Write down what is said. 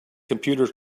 computers